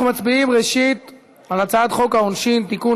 אנחנו מצביעים ראשית על הצעת חוק העונשין (תיקון,